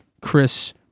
Chris